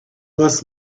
must